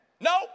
No